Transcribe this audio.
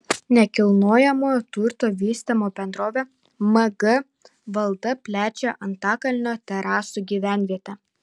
nekilnojamojo turto vystymo bendrovė mg valda plečia antakalnio terasų gyvenvietę